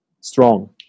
strong